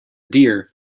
deer